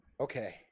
okay